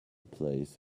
place